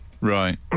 Right